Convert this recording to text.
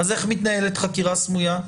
אם כן, איך מתנהלת חקירה סמויה?